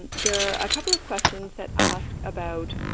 there're a couple of questions that ask about,